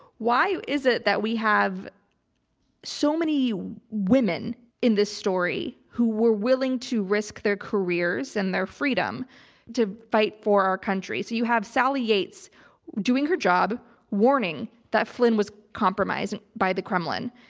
why is it that we have so many women in this story who were willing to risk their careers and their freedom to fight for our country? so you have sally yates doing her job warning that flynn was compromised and by the kremlin.